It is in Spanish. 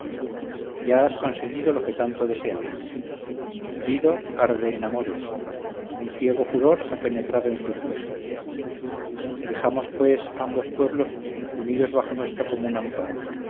ya has conseguido lo que tanto deseabas dido arde de amores un ciego furor ha penetrado en sus huesos rijamos pues ambos pueblos unidos bajo nuestro común amparo